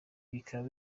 bikaba